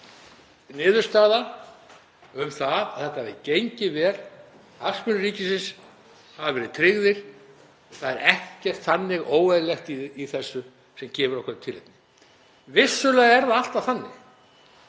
alvöruniðurstaða um að þetta hafi gengið vel, hagsmunir ríkisins hafi verið tryggðir. Það er ekkert þannig óeðlilegt í þessu sem gefur okkur tilefni. Vissulega er það alltaf þannig